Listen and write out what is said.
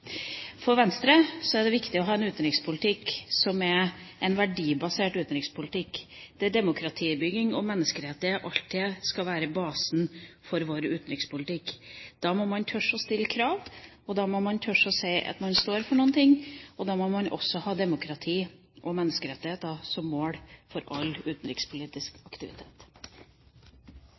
For Venstre er det viktig å ha en verdibasert utenrikspolitikk, der demokratibygging og menneskerettigheter og alt det skal være basen i vår utenrikspolitikk. Da må man tørre å stille krav, og da må man tørre å si at man står for noe, og da må man også ha demokrati og menneskerettigheter som mål for all utenrikspolitisk aktivitet.